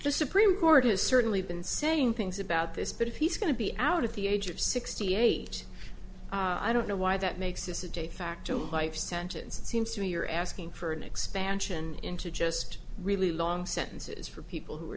the supreme court has certainly been saying things about this but if he's going to be out at the age of sixty eight i don't know why that makes this a de facto life sentence seems to me you're asking for an expansion into just really long sentences for people who are